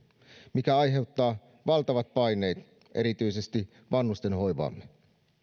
mikä aiheuttaa valtavat paineet erityisesti vanhustenhoivaamme